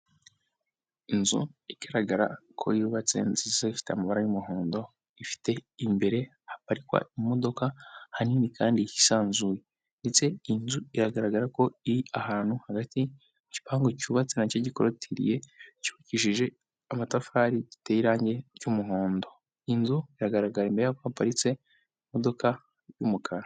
Inzu igaragara ko yubatse nziza ifite amabara y'umuhondo ifite imbere haparikwa imodoka ahanini kandi yisanzuye, ndetse igaragara ko iri ahantu hagatiikipangu cyubatse nacyo gikolotiririye cyubakishije amatafari giteye irangi cy'umuhondo inzu iragaragara inyuma yaho haparitse imodoka y'umukara.